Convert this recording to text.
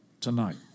Tonight